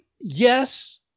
yes